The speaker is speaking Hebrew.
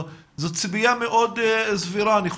אני חושב שזאת ציפייה מאוד סבירה.